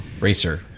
racer